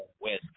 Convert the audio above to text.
West